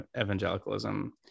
evangelicalism